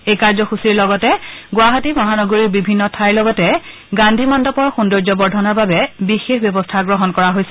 এই কাৰ্যসূচীৰ লগতে ণুৱাহাটী মহানগৰীৰ বিভিন্ন ঠাইৰ লগতে গান্ধী মণ্ডপৰ সৌন্দৰ্য বৰ্ধনৰ বাবে বিশেষ ব্যৱস্থা গ্ৰহণ কৰা হৈছে